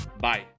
bye